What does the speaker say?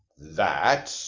that,